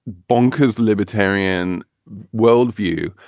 bonkers libertarian world view,